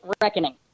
reckoning